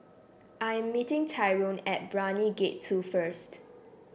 I'm meeting Tyrone at Brani Gate Two first